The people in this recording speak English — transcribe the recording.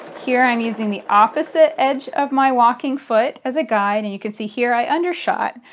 here i'm using the opposite edge of my walking foot as a guide. and you can see here i undershot.